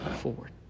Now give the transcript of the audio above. forward